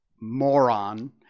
moron